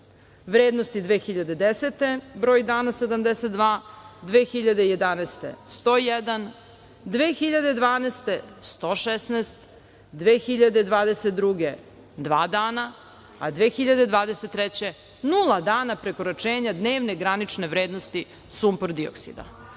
vrednosti 2010. – broj dana 72, 2011. – 101, 2012. – 116, 2022. – dva dana, a 2023. – nula dana prekoračenja dnevne granične vrednosti sumpor-dioksida.